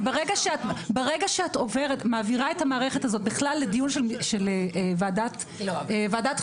כי ברגע שאת מעבירה את המערכת הזאת בכלל לדיון של ועדת החינוך,